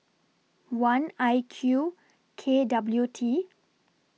one I Q K W T